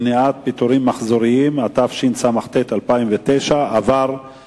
מניעת פיטורים מחזוריים), התשס"ט 2009, עברה